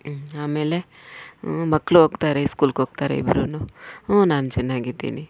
ಆಮೇಲೆ ಹ್ಞೂ ಮಕ್ಳು ಹೋಗ್ತಾರೆ ಸ್ಕೂಲ್ಗೆ ಹೋಗ್ತಾರೆ ಇಬ್ರೂ ಹ್ಞೂ ನಾನು ಚೆನ್ನಾಗಿದ್ದೀನಿ